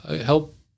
help